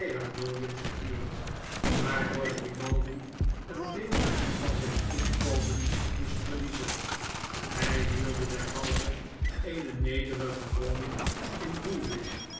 williams verhuurd waardoor grimaldi een deel van zijn indood van zijn zoon komen moest verliezen hlj huurde'derhalve eene nederige woning in woolwich